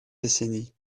décennies